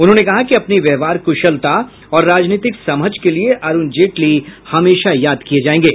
उन्होंने कहा कि अपनी व्यवहार कुशलता और राजनीतिक समझ के लिए अरूण जेटली हमेशा याद किये जायेंगे